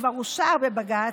שכבר אושר בבג"ץ,